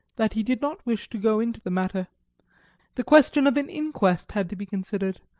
that he did not wish to go into the matter the question of an inquest had to be considered,